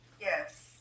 Yes